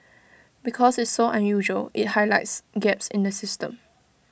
because it's so unusual IT highlights gaps in the system